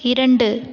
இரண்டு